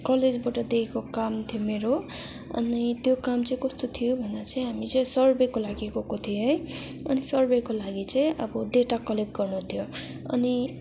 कलेजबाट दिएको काम थियो मेरो अनि त्यो काम चाहिँ कस्तो थियो भन्दा चाहिँ हामी चाहिँ सर्वेको लागि गएको थियौँ है अनि सर्वेको लागि चाहिँ अब डेटा कलेक्ट गर्नु थियो अनि